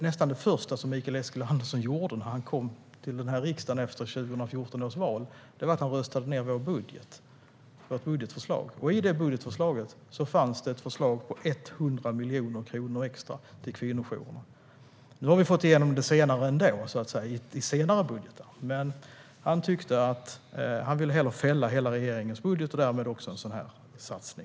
Nästan det första Mikael Eskilandersson gjorde när han kom in i riksdagen efter 2014 års val var att han röstade ned vårt budgetförslag. I det budgetförslaget fanns ett förslag på 100 miljoner kronor extra till kvinnojourerna. Nu har vi fått igenom förslaget i senare budgetar, men han vill hellre fälla hela regeringens budget och därmed en sådan satsning.